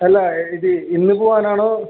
അല്ല ഇത് ഇന്ന് പോവാനാണോ